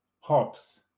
hops